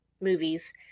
movies